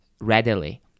readily